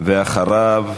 אחריו,